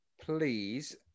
please